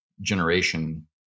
generation